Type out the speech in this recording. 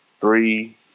three